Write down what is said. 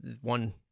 one